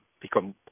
become